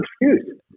excuse